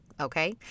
okay